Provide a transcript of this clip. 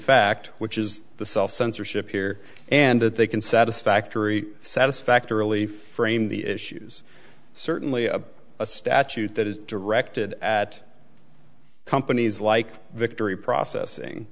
fact which is the self censorship here and if they can satisfactory satisfactorily frame the issues certainly a statute that is directed at companies like victory processing